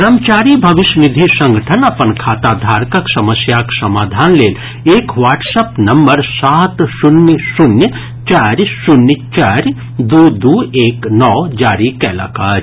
कर्मचारी भविष्य निधि संगठन अपन खाताधारकक समस्याक समाधान लेल एक व्हाट्सअप नम्बर सात शून्य शून्य चारि शून्य चारि दू दू एक नओ जारी कयलक अछि